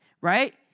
right